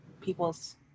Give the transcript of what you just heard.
people's